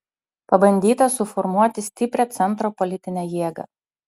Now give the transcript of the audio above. pabandyta suformuoti stiprią centro politinę jėgą